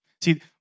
See